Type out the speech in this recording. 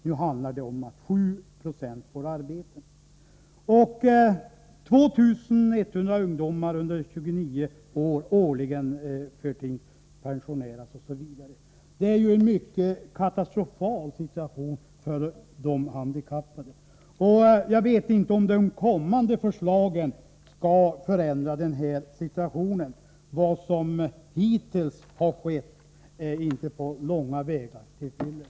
Bara sju procent får arbeten.” Vidare framgår det av artikeln att 2100 ungdomar under 29 år förtidspensioneras årligen. De handikappades situation är alltså katastrofal. Men det kanske blir en förändring — med tanke på de kommande förslagen. Vad som hittills gjorts är inte på långa vägar till fyllest.